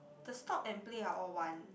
the stop and play are all one